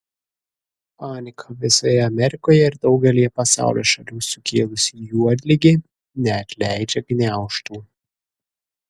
paniką visoje amerikoje ir daugelyje pasaulio šalių sukėlusi juodligė neatleidžia gniaužtų